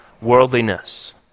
worldliness